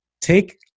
take